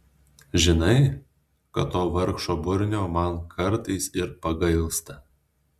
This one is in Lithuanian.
žinai kad to vargšo burnio man kartais ir pagailsta